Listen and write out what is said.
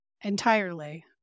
entirely